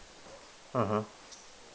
mmhmm